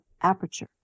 aperture